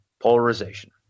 Polarization